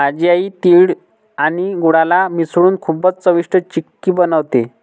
माझी आई तिळ आणि गुळाला मिसळून खूपच चविष्ट चिक्की बनवते